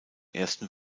ersten